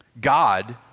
God